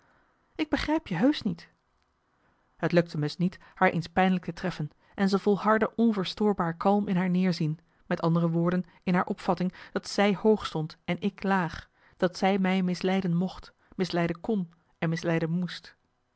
ik begrijp je heusch niet het lukte me dus niet haar eens pijnlijk te treffen en ze volhardde onverstoorbaar kalm in haar neerzien met andere woorden in haar opvatting dat zij hoog stond en ik laag dat zij mij misleiden mocht misleiden kon en misleiden moest